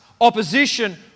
opposition